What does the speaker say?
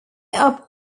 are